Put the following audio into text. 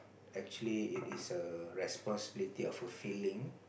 actually it is a responsibility of a feeling